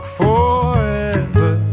forever